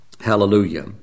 Hallelujah